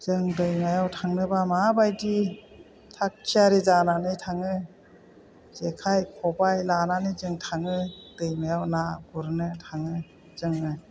जों दैमायाव थांनोबा मा बायदि थाग थियारि जानानै थाङो जेखाय खबाय लानानै जों थाङो दैमायाव ना गुरनो थाङो जोङो